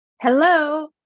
hello